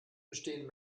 bestehen